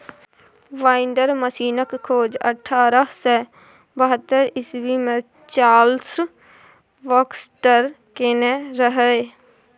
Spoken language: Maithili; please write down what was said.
बांइडर मशीनक खोज अठारह सय बहत्तर इस्बी मे चार्ल्स बाक्सटर केने रहय